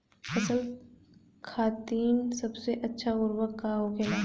फसल खातीन सबसे अच्छा उर्वरक का होखेला?